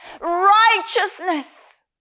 righteousness